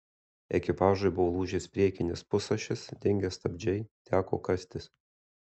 ekipažui buvo lūžęs priekinis pusašis dingę stabdžiai teko kastis